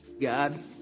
God